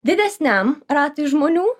didesniam ratui žmonių